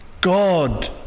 God